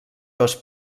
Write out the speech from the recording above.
dos